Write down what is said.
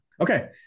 Okay